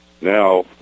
Now